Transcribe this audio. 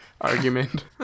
argument